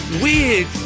Weird